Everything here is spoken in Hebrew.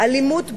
אלימות בני-נוער,